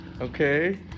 Okay